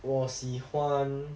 我喜欢